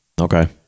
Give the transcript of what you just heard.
Okay